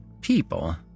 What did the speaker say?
people